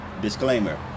disclaimer